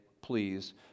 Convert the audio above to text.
please